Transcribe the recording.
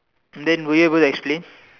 then were you able to explain